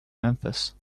memphis